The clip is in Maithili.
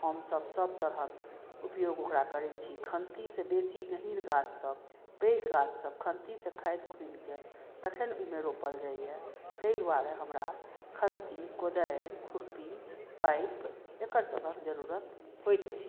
हमसभ सभतरहक उपयोग ओकरा करैत छी खन्तीसँ बेसी गहीँर गाछसभ पैघ गाछसभ खन्तीसँ खाधि खूनि कऽ तखन ओहिमे रोपल जाइए ताहि दुआरे हमरा खन्ती कोदारि खुरपी पाइप एकरसभक जरूरत होइत रहैए